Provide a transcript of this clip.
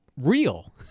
real